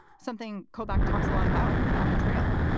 something kobach talks a lot about on the trail.